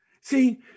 See